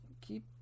keep